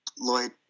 Lloyd